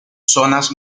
zonas